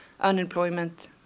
unemployment